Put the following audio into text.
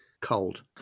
cold